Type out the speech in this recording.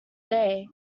day